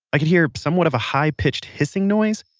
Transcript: i could hear somewhat of a high-pitched hissing noise.